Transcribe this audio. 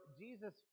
Jesus